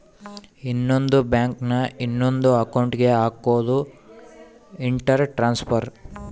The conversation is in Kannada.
ಇನ್ನೊಂದ್ ಬ್ಯಾಂಕ್ ನ ಇನೊಂದ್ ಅಕೌಂಟ್ ಗೆ ಹಕೋದು ಇಂಟರ್ ಟ್ರಾನ್ಸ್ಫರ್